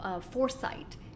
foresight